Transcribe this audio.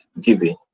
giving